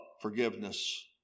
forgiveness